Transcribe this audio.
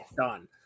done